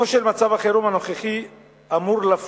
במהלך